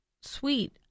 sweet